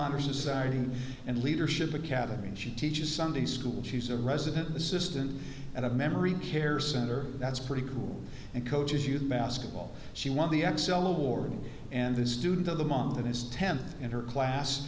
honor society and leadership academy and she teaches sunday school she's a resident assistant at a memory care center that's pretty cool and coaches youth basketball she won the xcel award and this student of the month is tenth in her class